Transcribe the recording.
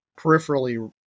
peripherally